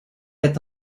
êtes